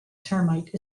termite